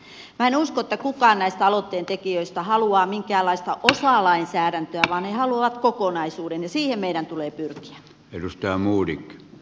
minä en usko että kukaan näistä aloitteen tekijöistä haluaa minkäänlaista osalainsäädäntöä vaan he haluavat kokonaisuuden ja siihen meidän tulee pyrkiä